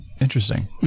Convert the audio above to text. interesting